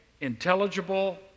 intelligible